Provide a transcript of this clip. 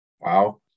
Wow